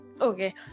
Okay